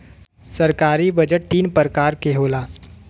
सरकारी बजट तीन परकार के होला